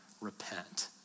repent